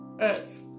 earth